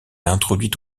introduite